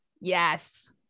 yes